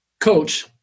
Coach